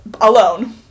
alone